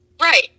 Right